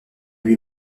lui